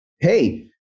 Hey